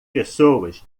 pessoas